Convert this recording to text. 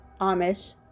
Amish